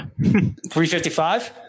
355